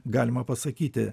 galima pasakyti